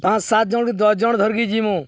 ପାଁଞ୍ଚ୍ ସାତ୍ ଜଣ୍ କି ଦଶ୍ ଜଣ୍ ଧରିକି ଯିମୁ